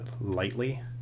lightly